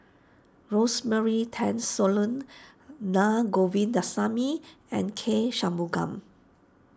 Rosemary Tessensohn Na Govindasamy and K Shanmugam